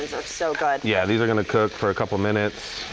so good. yeah these are going to cook for a couple of minutes.